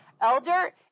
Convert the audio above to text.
elder